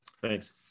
thanks